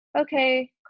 okay